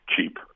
cheap